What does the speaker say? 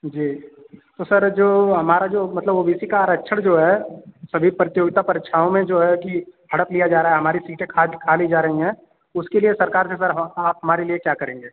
जी तो सर जो हमारा जो मतलब ओ बी सी का आरक्षण जो है सभी प्रतियोगिता परीक्षाओं में जो है कि हड़प लिया जा रहा है हमारा सीटें खा ली जा रही हैं उसके लिए सरकार से सर आप हमारे लिए क्या करेंगे